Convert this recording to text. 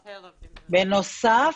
בנוסף,